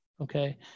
okay